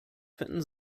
finden